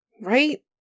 Right